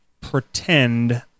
pretend